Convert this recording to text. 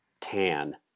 tan